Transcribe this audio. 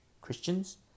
Christians